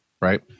right